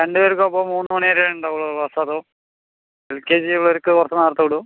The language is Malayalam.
രണ്ടുപേർക്കുമപ്പോൾ മൂന്നുമണിവരെ ഉണ്ടാവുകയുള്ളു ക്ലാസ്സ് അതോ എൽകെജിയുള്ളവർക്ക് കുറച്ച് നേരത്തെ വിടുമോ